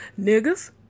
Niggas